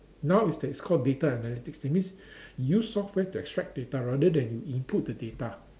now is that is call data analytics that means you use software to extract data rather than you input the data